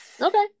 Okay